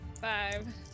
five